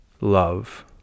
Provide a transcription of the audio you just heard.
love